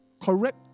Correct